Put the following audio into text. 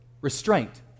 restraint